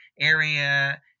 area